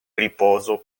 ripozo